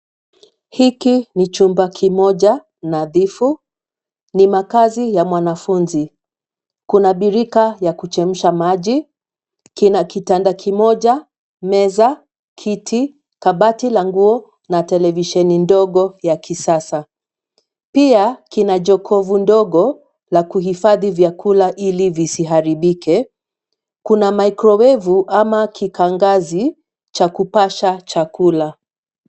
Hiki ni chumba kimoja nadhifu. Ni makazi ya mwanafunzi. Kuna birika ya kuchemsha maji. Chumba kina kitanda kimoja, meza, kiti, kabati la nguo na televisheni ndogo ya kisasa. Pia kina jokovu dogo la kuhifadhi vyakula ili visiharibike. Kuna mikrowevu(cs) ama kikangazi cha kupasha chakula.